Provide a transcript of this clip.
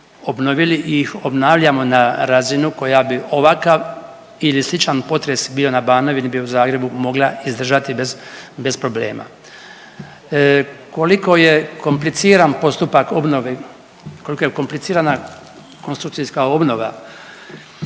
obnovili i obnavljamo na razinu koja bi ovakav ili sličan potres bio na Banovini, bio u Zagrebu, mogla izdržati bez, bez problema. Koliko je kompliciran postupak obnove,